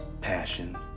passion